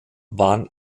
waren